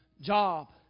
job